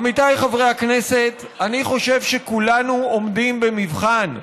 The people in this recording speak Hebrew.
עמיתיי חברי הכנסת, אני חושב שכולנו עומדים במבחן.